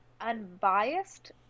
unbiased